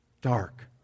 dark